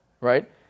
right